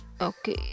okay